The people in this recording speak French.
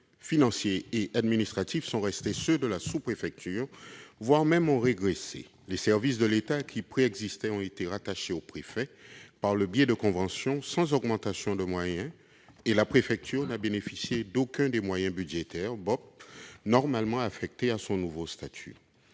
moyens humains, financiers et administratifs sont restés ceux de la sous-préfecture, voire ont régressé. Les services de l'État qui préexistaient ont été rattachés au préfet par le biais de conventions, sans augmentation de moyens, et la préfecture n'a bénéficié d'aucun des moyens budgétaires normalement affectés à son nouveau statut.